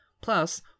Plus